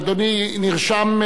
אדוני נרשם,